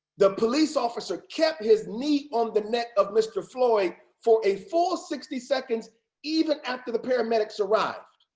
the police officer kept his knee on the neck of mr. floyd for a full sixty seconds even after the paramedics arrived.